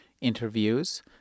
interviews